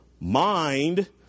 mind